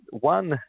One